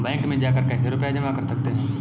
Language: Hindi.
हम बैंक में जाकर कैसे रुपया जमा कर सकते हैं?